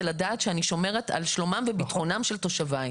לדעת שאני שומרת על שלומם ועל ביטחונם של תושביי.